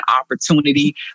opportunity